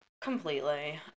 completely